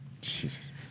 Jesus